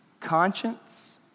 conscience